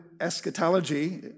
Eschatology